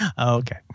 Okay